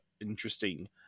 interesting